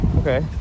Okay